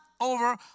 over